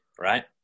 Right